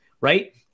Right